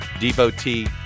devotee